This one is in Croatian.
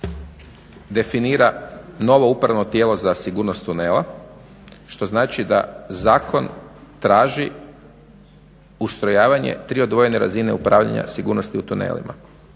definira novo upravno tijelo za sigurnost tunela. Što znači da zakon traži ustrojavanje tri odvojene razine upravljanja sigurnosti u tunelima